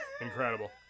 Incredible